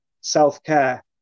self-care